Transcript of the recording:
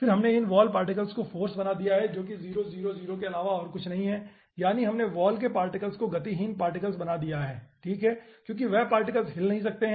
फिर हमने इन वॉल पार्टिकल्स को फाॅर्स दिया है जो कि 0 0 0 के अलावा और कुछ नहीं है यानी हमने वॉल के पार्टिकल्स को गतिहीन पार्टिकल बना दिया है ठीक है क्योंकि वे पार्टिकल हिल नहीं सकते